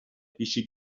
پیشی